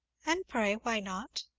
and, pray, why not?